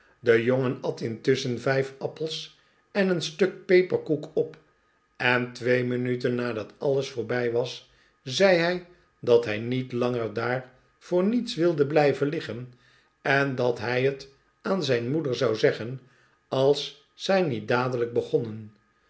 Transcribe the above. de jongen at intusschen vijf appels en een stuk peperkoek op en twee minuten nadat alles voorbij was zei hij dat hij niet langer daar voor niets wilde blijven liggen en dat hij het aan zijn moeder zou zeggen als zij niet dadelijk begonnen